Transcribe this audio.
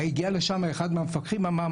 הגיע לשם אחד מהמפקחים ואמר,